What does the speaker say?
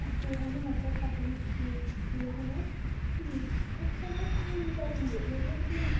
اسہِ پٮ۪یہِ ہا نہٕ مطلب تکلیٖف یی ہا نہٕ اسہِ کہیٖنۍ أسۍ چھِ آز عام کران یہِ مطلب کہِ